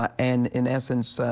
and in essence,